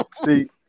see